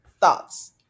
Thoughts